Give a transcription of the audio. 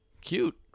cute